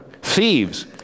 Thieves